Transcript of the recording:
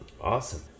awesome